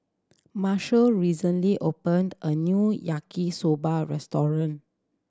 Marshall recently opened a new Yaki Soba restaurant